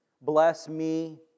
bless-me